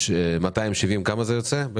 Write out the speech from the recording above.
כמה זה יוצא?